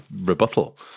rebuttal